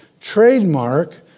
trademark